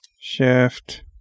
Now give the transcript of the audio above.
Shift